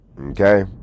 Okay